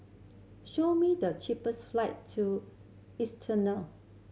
show me the cheapest flight to